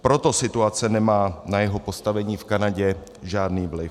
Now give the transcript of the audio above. Proto situace nemá na jeho postavení v Kanadě žádný vliv.